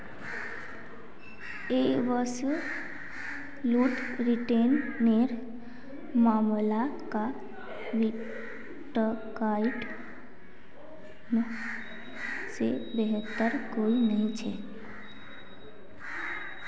absolute return नेर मामला क बिटकॉइन से बेहतर कोई नी छे